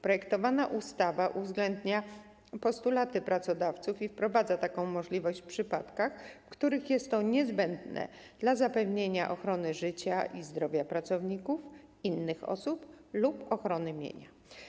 Projektowana ustawa uwzględnia postulaty pracodawców i wprowadza taką możliwość w przypadkach, w których jest to niezbędne dla zapewnienia ochrony życia i zdrowia pracowników, innych osób lub ochrony mienia.